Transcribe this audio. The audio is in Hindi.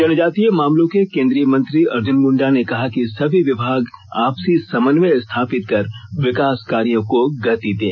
जनजातीय मामलों के केंद्रीय मंत्री अर्जुन मुंडा ने कहा कि सभी विभाग आपसी समन्वय स्थापित कर विकास कार्यो को गति दें